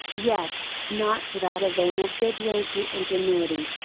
yet, not without a vein of good yankee ingenuity.